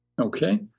Okay